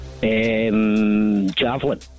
Javelin